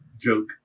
joke